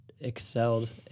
excelled